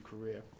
career